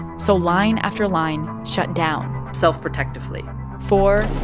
so line after line shut down self-protectively four,